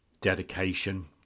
dedication